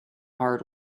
hard